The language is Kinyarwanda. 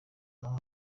naho